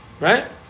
Right